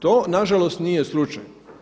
To nažalost nije slučaj.